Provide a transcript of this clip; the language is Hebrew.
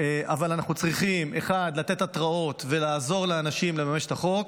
אבל אנחנו צריכים לתת התראות ולעזור לאנשים לממש את החוק,